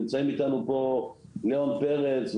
נמצאים איתנו פה לאון פרץ,